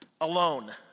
alone